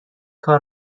کار